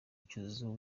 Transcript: cyuzuzo